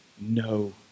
no